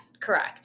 Correct